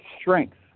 strength